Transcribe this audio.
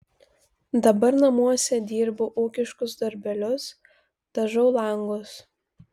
dabar namuose dirbu ūkiškus darbelius dažau langus